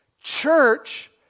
Church